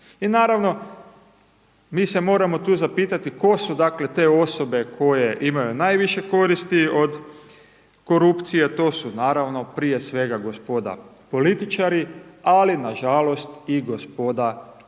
I naravno, mi se moramo tu zapitati, tko su dakle, te osobe koje imaju najviše koristi od korupcije, a to su naravno prije svega gospoda političari, ali i nažalost, gospoda pravnici.